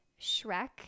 Shrek